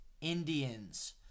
Indians